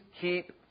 keep